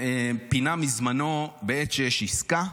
פינה מזמנו בעת שיש עסקה,